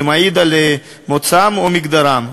שמעיד על מוצאם או מגדרם.